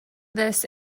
this